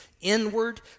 inward